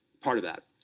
part of that.